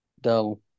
dull